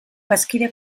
bazkide